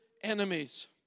enemies